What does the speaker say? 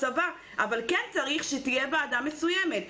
הסבה אבל כן צריך שתהיה ועדה מסוימת.